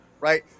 Right